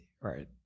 right